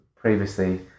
previously